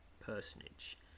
personage